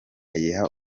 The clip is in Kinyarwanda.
ayiha